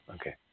okay